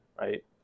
Right